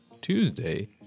Tuesday